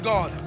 God